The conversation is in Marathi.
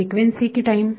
फ्रिक्वेन्सी की टाईम